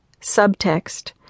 subtext